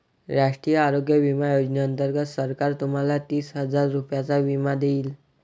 राष्ट्रीय आरोग्य विमा योजनेअंतर्गत सरकार तुम्हाला तीस हजार रुपयांचा विमा देईल